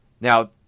Now